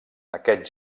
aquest